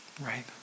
Right